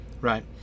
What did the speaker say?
right